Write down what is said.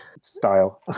style